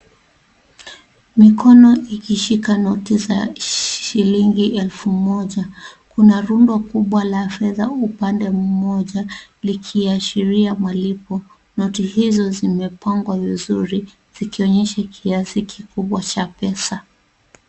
Mikono ikishika noti za shilingi elfu moja kuna rundo kubwa la fedha upande mmoja likiashiria malipo noti hizo zimepangwa vizuri zikionyesha kiasi kikubwa cha pesa.